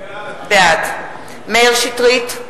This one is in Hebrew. בעד מאיר שטרית,